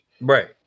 right